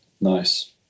nice